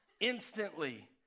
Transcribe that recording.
instantly